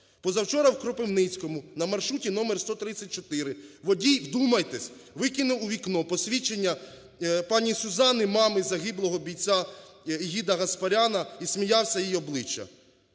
Позавчора в Кропивницькому на маршруті № 134 водій, вдумайтесь, викинув у вікно посвідчення пані Сюзанни мами загиблого бійця Ігіта Гаспаряна і сміявся їй в обличчя.